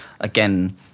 again